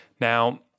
Now